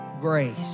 grace